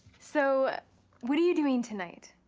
so what are you doing tonight?